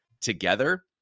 together